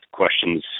questions